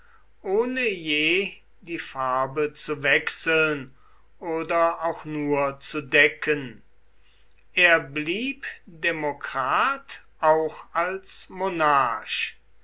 ohne je die farbe zu wechseln oder auch nur zu decken er blieb demokrat auch als monarch